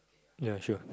ya sure